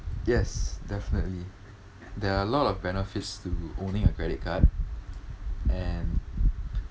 yes definitely there are a lot of benefits to owning a credit card and